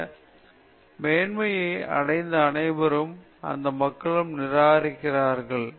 இந்த மேன்மையை அடைந்த அனைவருக்கும் அந்த மக்களும் நிராகரிக்கிறார்கள்